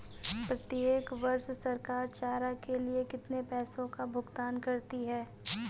प्रत्येक वर्ष सरकार चारा के लिए कितने पैसों का भुगतान करती है?